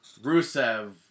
rusev